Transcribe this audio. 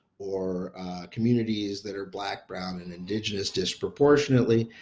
or communities that are black, brown and indigenous disproportionately.